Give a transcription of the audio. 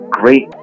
great